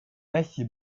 netje